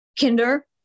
Kinder